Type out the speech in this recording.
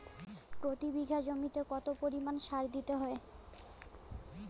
প্রতি বিঘা জমিতে কত পরিমাণ সার দিতে হয়?